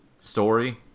story